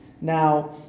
Now